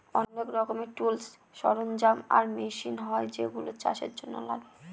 অনেক রকমের টুলস, সরঞ্জাম আর মেশিন হয় যেগুলা চাষের জন্য লাগে